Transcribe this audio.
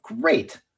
great